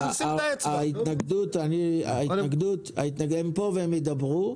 הם פה והם ידברו,